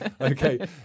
Okay